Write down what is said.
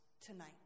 tonight